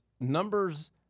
numbers